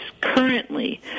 Currently